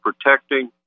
protecting